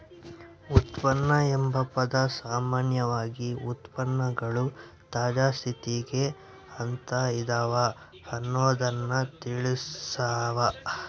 ಉತ್ಪನ್ನ ಎಂಬ ಪದ ಸಾಮಾನ್ಯವಾಗಿ ಉತ್ಪನ್ನಗಳು ತಾಜಾ ಸ್ಥಿತಿಗ ಅಂತ ಇದವ ಅನ್ನೊದ್ದನ್ನ ತಿಳಸ್ಸಾವ